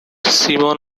simon